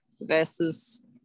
versus